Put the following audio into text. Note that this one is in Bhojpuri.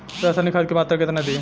रसायनिक खाद के मात्रा केतना दी?